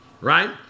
Right